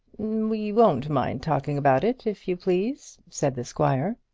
we won't mind talking about it, if you please, said the squire.